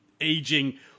aging